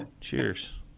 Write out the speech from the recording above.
cheers